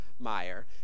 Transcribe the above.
Meyer